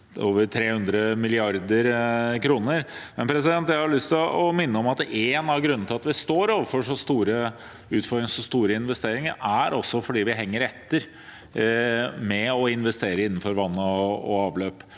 over 300 mrd. kr. Jeg har lyst til å minne om at én av grunnene til at vi står overfor så store utfordringer og så store investeringer, er at vi henger etter med å investere innenfor vann og avløp.